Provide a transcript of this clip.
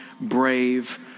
brave